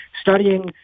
studying